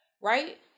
Right